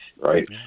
Right